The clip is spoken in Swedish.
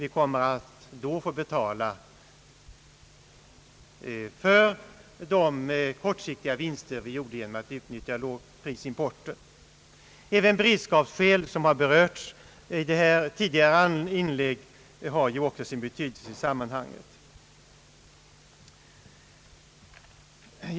Vi kommer då att få betala för de kortsiktiga vinster vi gjorde genom att utnyttja lågprisimporten. Även beredskapsskäl, som berörts i tidigare inlägg i debatten, har sin betydelse i sammanhanget.